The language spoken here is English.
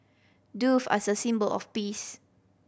doves are a symbol of peace